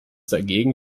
dagegen